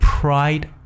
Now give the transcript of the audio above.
pride